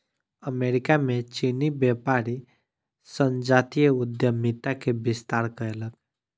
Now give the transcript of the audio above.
America में चीनी व्यापारी संजातीय उद्यमिता के विस्तार कयलक